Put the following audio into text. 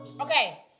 Okay